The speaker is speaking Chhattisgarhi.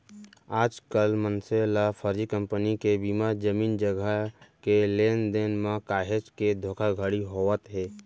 आजकल मनसे ल फरजी कंपनी के बीमा, जमीन जघा के लेन देन म काहेच के धोखाघड़ी होवत हे